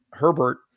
Herbert